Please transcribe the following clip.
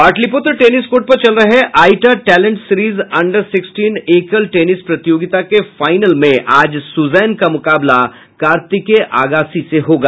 Pataliputra tennis court पर चल रहे AITA talent series under sixteen एकल टेनिस प्रतियोगिता के फाइनल में आज सुजैन का मुकाबला कार्तिकेय अगासी से होगा